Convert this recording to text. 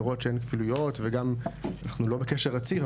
לראות שאין כפילויות וגם אנחנו לא בקשר רציף,